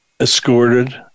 escorted